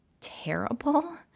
terrible